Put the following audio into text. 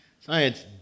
science